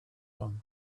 one